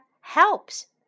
helps